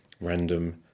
random